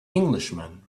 englishman